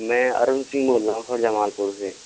मैं अरुन सिंह बोल रहा हूं शाहजहांपुर से